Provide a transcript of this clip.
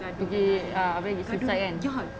degil abeh bising sangat kan